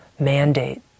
mandate